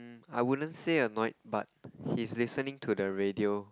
I wouldn't say annoyed but he's listening to the radio